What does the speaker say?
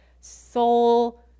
soul